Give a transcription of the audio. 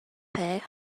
pay